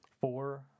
four